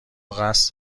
قصد